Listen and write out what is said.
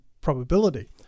probability